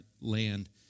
land